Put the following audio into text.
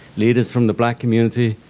leaders from the black community,